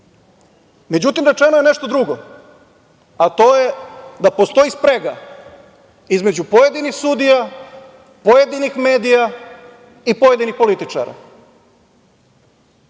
rečeno? Međutim, rečeno je nešto drugo, a to je da postoji sprega između pojedinih sudija, pojedinih medija i pojedinih političara.